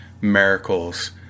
miracles